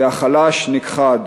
והחלש נכחד.